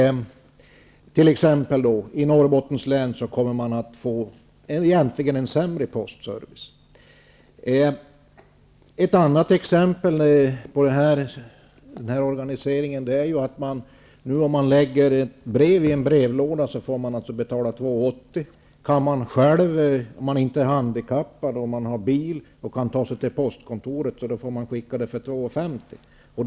I Norrbotten kommer man egentligen att få sämre postservice. Jag kan ta ytterligare ett exempel. Om man lägger ett brev i en postlåda får man betala 2:80 kr. Om man inte är handikappad, har bil och själv kan ta sig till postkontoret får man skicka brevet för 2:50 kr.